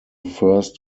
first